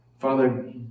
Father